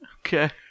Okay